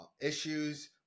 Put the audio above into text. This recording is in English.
issues